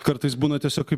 kartais būna tiesiog kaip